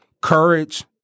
Courage